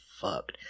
fucked